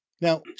now